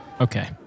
Okay